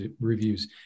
reviews